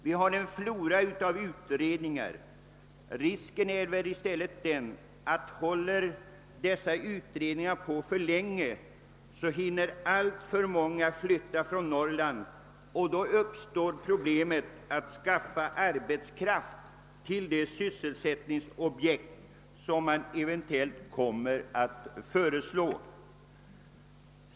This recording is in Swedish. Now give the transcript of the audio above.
Vi har en flora av utredningar, och risken är väl närmast den, att om dessa utredningar håller på för länge hinner alltför många flytta från Norrland, och då uppstår problemet att skaffa arbetskraft till de sysselsättningsobjekt som eventuellt kommer att föreslås.